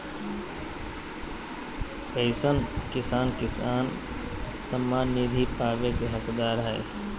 कईसन किसान किसान सम्मान निधि पावे के हकदार हय?